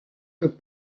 que